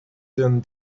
then